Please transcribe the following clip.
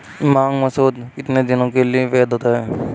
मांग मसौदा कितने दिनों के लिए वैध होता है?